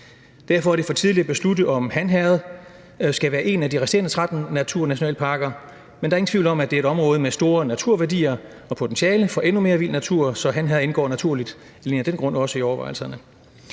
Derfor er det for tidligt at beslutte, om Han Herred skal være en af de resterende 13 naturnationalparker, men der er ingen tvivl om, at det er et område med store naturværdier og potentiale for endnu mere vild natur, så Han Herred indgår naturligt alene af den grund også i overvejelserne.